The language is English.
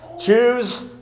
choose